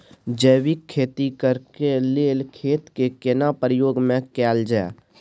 जैविक खेती करेक लैल खेत के केना प्रयोग में कैल जाय?